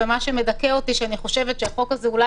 ומה שמדכא אותי שאני חושבת שהחוק הזה אולי